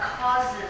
causes